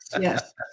yes